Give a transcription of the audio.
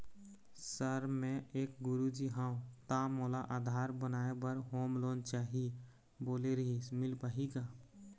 Sir मे एक गुरुजी हंव ता मोला आधार बनाए बर होम लोन चाही बोले रीहिस मील पाही का?